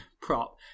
prop